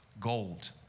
gold